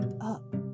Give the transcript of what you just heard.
up